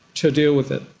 to deal with it.